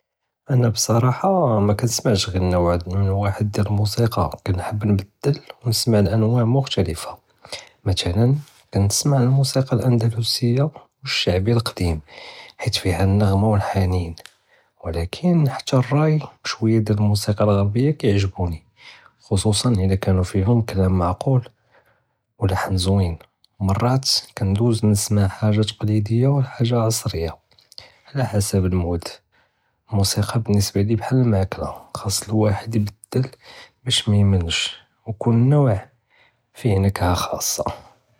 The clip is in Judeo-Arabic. אנא בצְרָאחַה מכּנשְמעשׁ ע׳י נוּע ואחד דִיַאל מוסיקּא כּנחבּ נבּדּל וכּנשְמע לאנוּע מֻכתלְפַה מתְ'לַאן כּנשְמע מוסיקּא אנדלוסִיַה ושַעְבִּי לקּדִים חית פִיהא אלנַעְ׳מַה ואלחְנִין ולכּן חתּא אלראי ושוּיַא מוסיקּא עְ׳רבִּיַה כּיעְ׳ג׳בּוּנִי חְ'צוּסַאן אִלא כּאן פִיהוּם כּלאם מעְקוּל ולַחְן זוִין, מראת כּנדּוּז נשְמע חאג׳ה תּקְלִידִיַה וחאג׳ה עַצְרִיַה עלא חִסַאב מוּד אלמוסיקּא בנִסְבַּה לִיַא בּחאל אלמאכְּלַה ח׳אס אלואחֶד יְבּדּל באש מִימלשׁ וכּוּל נוּע פִיה נְכּה ח׳אסַה.